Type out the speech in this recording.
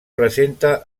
presenta